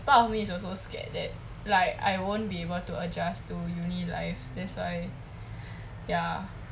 part of me is also scared that like I won't be able to adjust to uni life that's why ya